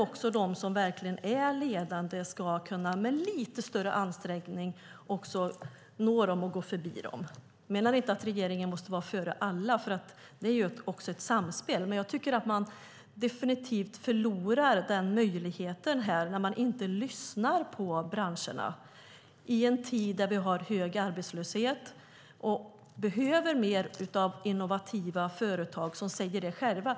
De som verkligen är ledande ska med lite större ansträngning kunna nå dem och gå förbi dem. Jag menar inte att regeringen måste vara före alla. Det är också ett samspel. Man förlorar definitivt den möjligheten här när man inte lyssnar på branscherna i en tid där vi har hög arbetslöshet och behöver mer av innovativa företag. De säger det själva.